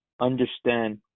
understand